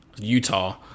Utah